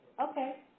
Okay